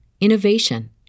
innovation